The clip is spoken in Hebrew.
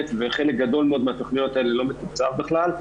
וחלק גדול מאוד מהתכניות האלה לא מתוקצב בכלל,